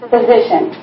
Position